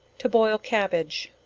to boil cabbage.